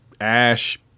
Ash